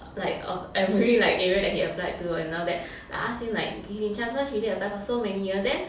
like uh every like area that he applied to and now that I ask him like give him chance first he already apply for so many years then